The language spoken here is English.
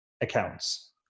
accounts